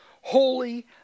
holy